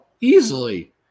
easily